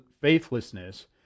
faithlessness